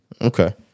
Okay